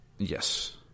Yes